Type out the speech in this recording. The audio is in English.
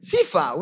Sifa